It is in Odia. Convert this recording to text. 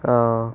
ହଁ